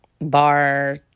bar